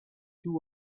too